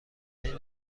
بین